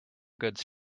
goods